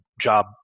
job